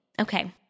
Okay